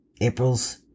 April's